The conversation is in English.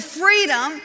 freedom